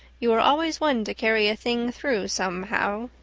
you were always one to carry a thing through somehow.